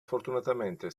fortunatamente